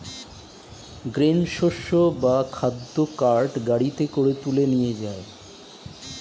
grain শস্য বা খাদ্য কার্ট গাড়িতে করে তুলে নিয়ে যায়